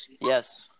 Yes